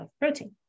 protein